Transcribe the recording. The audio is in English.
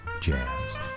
jazz